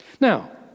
Now